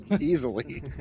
Easily